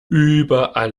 überall